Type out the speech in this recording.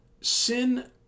Sin